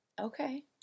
Okay